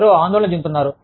ఎవరో ఆందోళన చెందుతున్నారు